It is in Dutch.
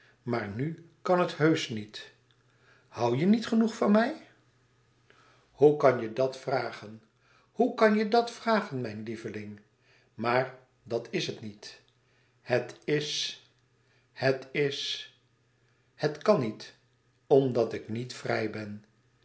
maar nu kan het heusch niet hoû je niet genoeg van mij hoe kan je dat vragen hoe kan je dat vragen mijn lieveling maar dat is het niet het is het is het kan niet omdat ik niet vrij ben